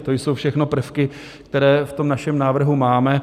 To jsou všechno prvky, které v našem návrhu máme.